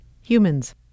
humans